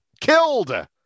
killed